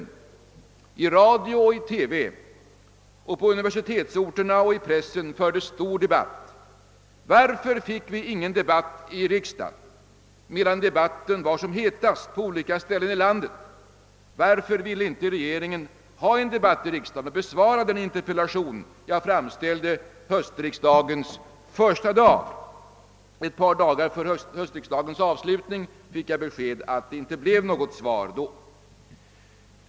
I radio och TV, på universitetsorterna och i pressen fördes en stor debatt. Varför fick vi ingen debatt i riksdagen medan debatten var som hetast i olika delar av landet? Varför ville inte regeringen ha en debatt i riksdagen och besvara den interpellation jag framställde på höstriksdagens första dag? Ett par dagar före höstriksdagens avslutning fick jag besked om att det då inte blev något svar.